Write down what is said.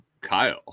Kyle